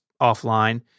offline